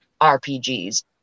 RPGs